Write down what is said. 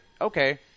okay